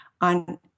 on